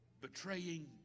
Betraying